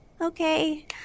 Okay